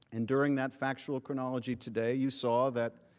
and during that factual chronology today, you saw that